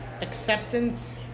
acceptance